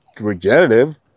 regenerative